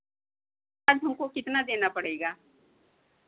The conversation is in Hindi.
हमको कितना देना पड़ेगा